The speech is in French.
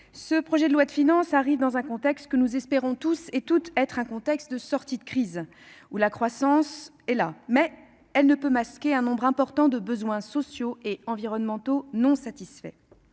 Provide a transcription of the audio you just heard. ce projet de loi de finances nous parvient dans un contexte que nous espérons toutes et tous être un contexte de sortie de crise : la croissance est là, mais elle ne peut masquer un nombre important de besoins sociaux et environnementaux non satisfaits.